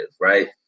right